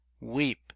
weep